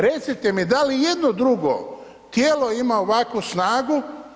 Recite mi da li i jedno drugo tijelo ima ovakvu snagu.